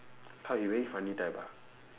!huh! he very funny type ah